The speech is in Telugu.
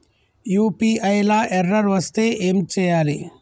యూ.పీ.ఐ లా ఎర్రర్ వస్తే ఏం చేయాలి?